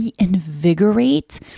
reinvigorate